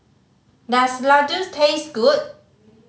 does Ladoos taste good